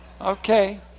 Okay